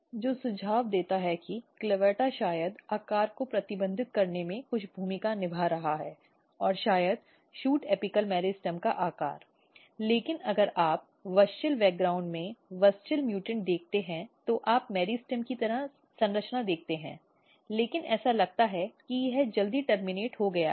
जो सुझाव देता है कि CLAVATA शायद आकार को प्रतिबंधित करने में कुछ भूमिका निभा रहा है और शायद शूट एपिकल मेरिस्टम का आकार जबकि अगर आप wuschel बैकग्राउंड में wuschel म्यूटेंट देखते हैं तो आप मेरिस्टेम की तरह संरचना देखते हैं लेकिन ऐसा लगता है कि यह जल्दी terminated टर्मनेटिड हो गया है